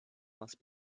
must